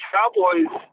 Cowboys